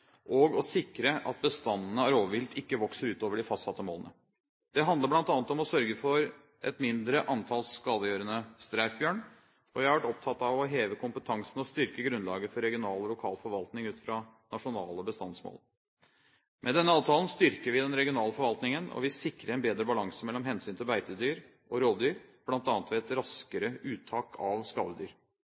og å sikre at bestanden av rovvilt ikke vokser utover de fastsatte målene. Det handler bl.a. om å sørge for et mindre antall skadegjørende streifbjørn, og vi har vært opptatt av å heve kompetansen og styrke grunnlaget for regional og lokal forvaltning ut fra nasjonale bestandsmål. Med denne avtalen styrker vi den regionale forvaltningen, og vi sikrer en bedre balanse mellom hensynet til beitedyr og rovdyr, bl.a. ved et raskere uttak av skadedyr.